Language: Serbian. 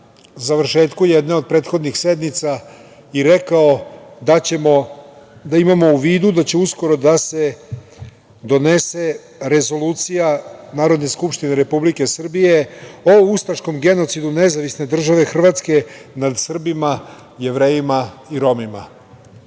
završetku jedne od prethodnih sednica i rekao da ćemo da imao u vidu da će uskoro da se donese rezolucija Narodne skupštine Republike Srbije o ustaškom genocidu NDH nad Srbima, Jevrejima i Romima. Osim